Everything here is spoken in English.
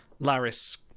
laris